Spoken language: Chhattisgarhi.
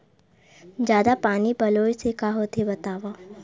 जादा पानी पलोय से का होथे बतावव?